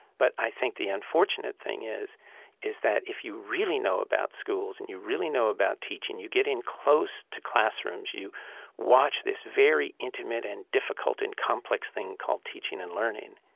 but i think the unfortunate thing is is that if you really know about schools, and you really know about teaching, you get in close to classrooms, you watch this very intimate and difficult and complex thing called teaching and learning,